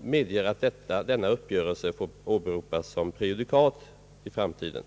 medger att uppgörelsen får åberopas som prejudikat i framtiden.